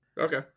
Okay